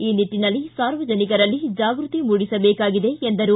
ಈ ನಿಟ್ಟನಲ್ಲಿ ಸಾರ್ವಜನಿಕರಲ್ಲಿ ಜಾಗೃತಿ ಮೂಡಿಸಬೇಕಾಗಿದೆ ಎಂದರು